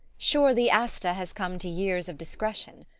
surely asta has come to years of discretion?